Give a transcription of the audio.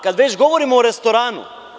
Kada već govorimo o restoranu.